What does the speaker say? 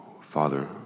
Father